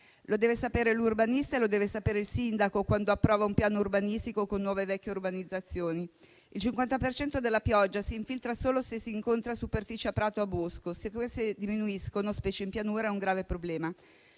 Lo deve sapere l'urbanista e lo deve sapere il sindaco quando approva un piano urbanistico con nuove e vecchie urbanizzazioni. Il 50 per cento della pioggia si infiltra solo se incontra superfici a prato o a bosco. Se queste diminuiscono, specie in pianura, è un grave problema.